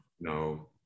No